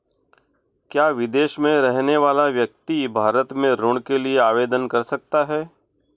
क्या विदेश में रहने वाला व्यक्ति भारत में ऋण के लिए आवेदन कर सकता है?